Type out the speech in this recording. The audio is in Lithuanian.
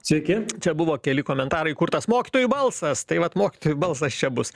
sveiki čia buvo keli komentarai kur tas mokytojį balsas tai vat mokytojų balsas čia bus